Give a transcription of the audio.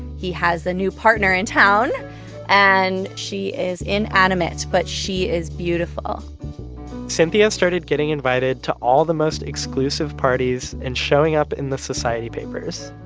he has a new partner in town and she is inanimate, but she is beautiful cynthia started getting invited to all the most exclusive parties and showing up in the society papers.